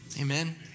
Amen